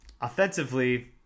Offensively